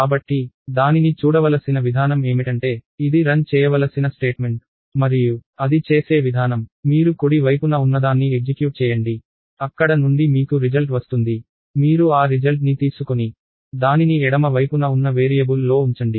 కాబట్టి దానిని చూడవలసిన విధానం ఏమిటంటే ఇది రన్ చేయవలసిన స్టేట్మెంట్ మరియు అది చేసే విధానం మీరు కుడి వైపున ఉన్నదాన్ని ఎగ్జిక్యూట్ చేయండి అక్కడ నుండి మీకు రిజల్ట్ వస్తుంది మీరు ఆ రిజల్ట్ ని తీసుకొని దానిని ఎడమ వైపున ఉన్న వేరియబుల్ లో ఉంచండి